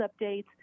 updates